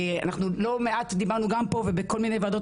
אנחנו דיברנו לא מעט פה וגם בוועדות